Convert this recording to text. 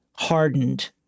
hardened